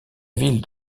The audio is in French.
ville